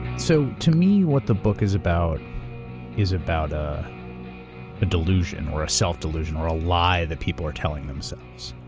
so to me, what the book is about is about ah a delusion or a self-delusion or a lie that people are telling themselves.